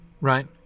right